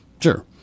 sure